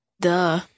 Duh